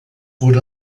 wurde